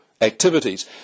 activities